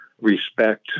respect